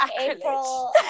April